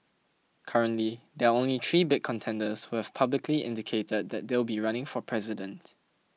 currently there are only three big contenders who've publicly indicated that they'll be running for president